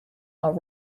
are